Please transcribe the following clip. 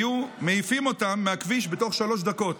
היו מעיפים אותם מהכביש בתוך שלוש דקות".